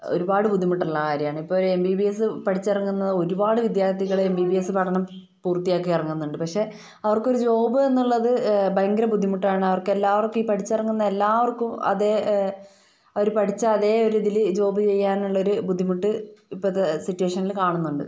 ഒരുപാട് ബുദ്ധിമുട്ടുള്ള കാര്യമാണ് ഇപ്പോഴൊരു എം ബി ബി എസ് പഠിച്ചിറങ്ങുന്ന ഒരുപാട് വിദ്യാർത്ഥികൾ എം ബി ബി എസ് പഠനം പൂർത്തിയാക്കി ഇറങ്ങുന്നുണ്ട് പക്ഷെ അവർക്കൊരു ജോബ് എന്നുള്ളത് ഭയങ്കര ബുദ്ധിമുട്ടാണ് അവർക്ക് എല്ലാവർക്കും ഈ പഠിച്ചിറങ്ങുന്ന എല്ലാവർക്കും അതേ അവർ പഠിച്ച അതേ ഒരിതിൽ ജോബ് ചെയ്യാനുള്ളൊരു ബുദ്ധിമുട്ട് ഇപ്പോഴത്തെ സിറ്റുവേഷനിൽ കാണുന്നുണ്ട്